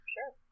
Sure